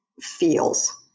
feels